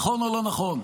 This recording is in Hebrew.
נכון או לא נכון?